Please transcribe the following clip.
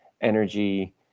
energy